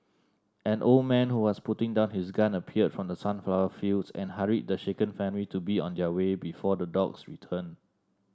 an old man who was putting down his gun appeared from the sunflower fields and hurried the shaken family to be on their way before the dogs return